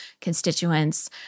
constituents